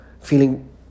feeling